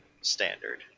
Standard